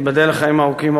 תיבדל לחיים ארוכים,